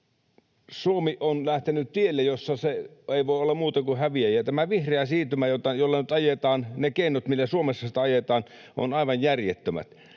Suomi on lähtenyt tielle, jolla se ei voi olla muuta kuin häviäjä. Tämä vihreä siirtymä, jota nyt ajetaan, ja ne keinot, millä Suomessa sitä ajetaan, ovat aivan järjettömät.